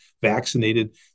vaccinated